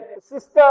Sister